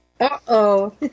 Uh-oh